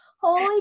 Holy